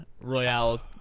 Royale